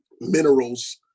minerals